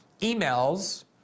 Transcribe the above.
emails